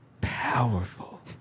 powerful